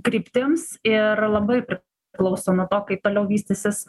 kryptims ir labai priklauso nuo to kaip toliau vystysis